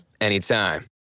anytime